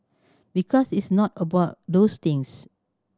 because it's not about those things